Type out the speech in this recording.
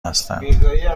هستم